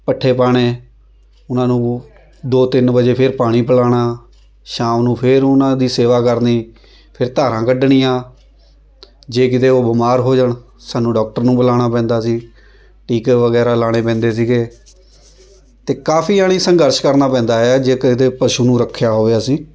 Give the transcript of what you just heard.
ਪੱਠੇ ਪਾਉਣੇ ਉਹਨਾਂ ਨੂੰ ਦੋ ਤਿੰਨ ਵਜੇ ਫਿਰ ਪਾਣੀ ਪਿਲਾਉਣਾ ਸ਼ਾਮ ਨੂੰ ਫਿਰ ਉਹਨਾਂ ਦੀ ਸੇਵਾ ਕਰਨੀ ਫਿਰ ਧਾਰਾਂ ਕੱਢਣੀਆਂ ਜੇ ਕਿਤੇ ਉਹ ਬਿਮਾਰ ਹੋ ਜਾਣ ਸਾਨੂੰ ਡੋਕਟਰ ਨੂੰ ਬੁਲਾਉਣਾ ਪੈਂਦਾ ਸੀ ਟੀਕੇ ਵਗੈਰਾ ਲਾਉਣੇ ਪੈਂਦੇ ਸੀਗੇ ਅਤੇ ਕਾਫ਼ੀ ਯਾਨੀ ਸੰਘਰਸ਼ ਕਰਨਾ ਪੈਂਦਾ ਹੈ ਜੇ ਕਦੇ ਪਸ਼ੂ ਨੂੰ ਰੱਖਿਆ ਹੋਵੇ ਅਸੀਂ